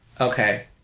Okay